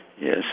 Yes